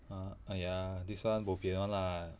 uh !aiya! this one bo pian [one] lah